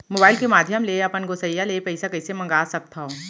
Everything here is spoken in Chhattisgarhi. मोबाइल के माधयम ले अपन गोसैय्या ले पइसा कइसे मंगा सकथव?